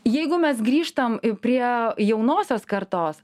jeigu mes grįžtam prie jaunosios kartos